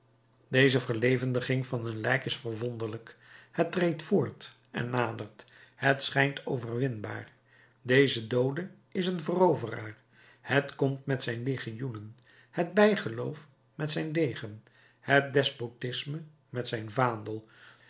deze verlevendiging van een lijk is verwonderlijk het treedt voort en nadert het schijnt overwinnaar deze doode is een veroveraar het komt met zijn legioenen het bijgeloof met zijn degen het despotisme met zijn vaandel